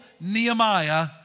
Nehemiah